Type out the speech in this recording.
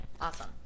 Awesome